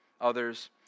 others